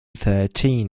thirteen